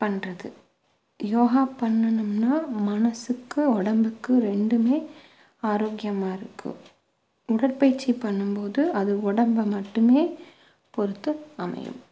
பண்ணுறது யோகா பண்ணுனோம்னா மனசுக்கு உடம்புக்கு ரெண்டுமே ஆரோக்கியமாக இருக்கும் உடற்பயிற்சி பண்ணும்போது அது உடம்ப மட்டுமே பொறுத்து அமையும்